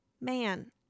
man